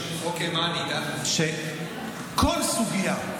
שכל סוגיה,